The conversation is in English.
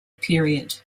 period